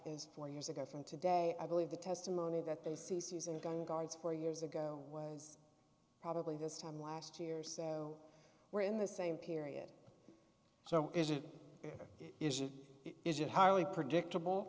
is four years ago from today i believe the testimony that they cease using the gun guards four years ago probably this time last year so we're in the same period so is it is it is it highly predictable